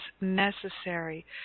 necessary